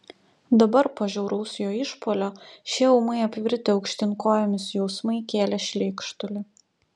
dabar po žiauraus jo išpuolio šie ūmai apvirtę aukštyn kojomis jausmai kėlė šleikštulį